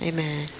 Amen